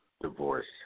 divorce